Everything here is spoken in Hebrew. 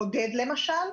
בודד למשל,